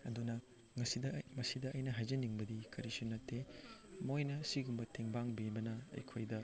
ꯑꯗꯨꯅ ꯃꯁꯤꯗ ꯑꯩꯅ ꯍꯥꯏꯖꯅꯤꯡꯕꯗꯤ ꯀꯔꯤꯁꯨ ꯅꯠꯇꯦ ꯃꯣꯏꯅ ꯑꯁꯤꯒꯨꯝꯕ ꯇꯦꯡꯕꯥꯡꯕꯤꯕꯅ ꯑꯩꯈꯣꯏꯗ